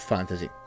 Fantasy